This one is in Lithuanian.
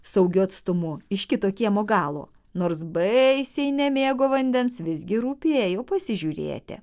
saugiu atstumu iš kito kiemo galo nors baisiai nemėgo vandens visgi rūpėjo pasižiūrėti